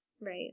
Right